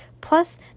Plus